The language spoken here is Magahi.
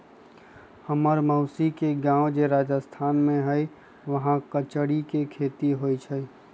हम्मर मउसी के गाव जे राजस्थान में हई उहाँ कचरी के खेती होई छई